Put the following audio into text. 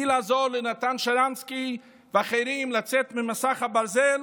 מלעזור לנתן שרנסקי ואחרים לצאת מאחורי מסך הברזל